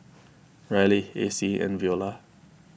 Ryleigh Acy and Veola